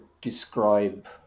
describe